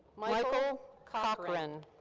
michael cochrane.